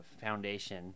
foundation